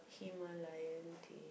Himalayan tea